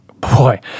boy